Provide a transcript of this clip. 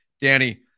Danny